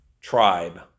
tribe